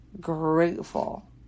grateful